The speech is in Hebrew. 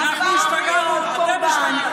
אז תני להם טופס.